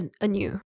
anew